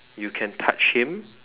you can touch him